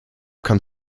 kann